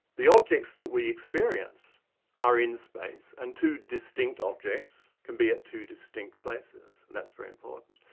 the objects that we experience are in space and two distinct objects can be at two distinct places, and that's very important.